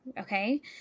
Okay